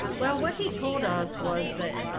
well, what he told us was that,